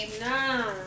No